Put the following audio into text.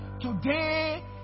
today